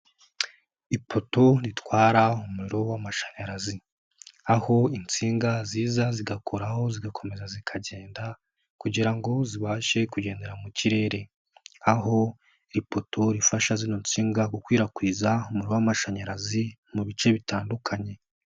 Ipoto ritwara umuriro w'amashanyarazi, aho insinga ziza zigakoraho, zigakomeza zikagenda kugira ngo zibashe kugendera mu kirere, aho lipotol ifasha zino nsinga gukwirakwiza umuriro w'amashanyarazi mu bice bitandukanye.